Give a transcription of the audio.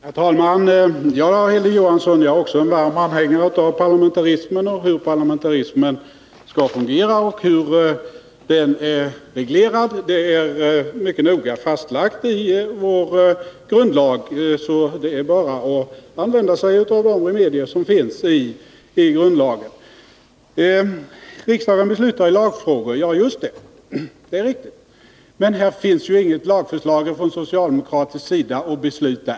Herr talman! Också jag är, Hilding Johansson, en varm anhängare av parlamentarismen och dess funktion. Hur den är reglerad är mycket noga fastlagt i vår grundlag, så det är bara att använda sig av de remedier som finns i grundlagen. Det är riktigt att riksdagen beslutar i lagfrågor. Men här finns inget lagförslag från socialdemokraternas sida att besluta om.